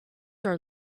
are